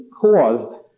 caused